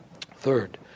Third